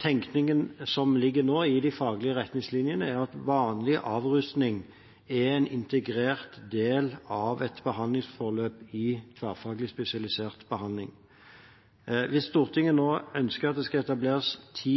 tenkningen som nå ligger i de faglige retningslinjene, er at vanlig avrusning er en integrert del av et behandlingsforløp i tverrfaglig spesialisert behandling. Hvis Stortinget nå ønsker at det skal etableres ti